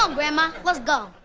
um grandma, let's go!